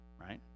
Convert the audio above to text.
right